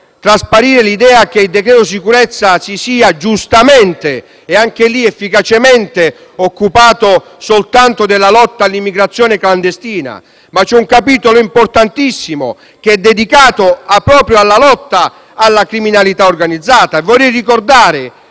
trasparire l'idea che il decreto sicurezza si sia giustamente - e anche efficacemente - occupato soltanto della lotta all'immigrazione clandestina, ma c'è un capitolo importantissimo che è dedicato proprio alla lotta alla criminalità organizzata. Vorrei ricordare